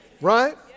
Right